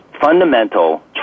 fundamental